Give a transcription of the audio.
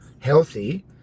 healthy